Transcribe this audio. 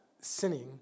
sinning